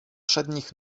przednich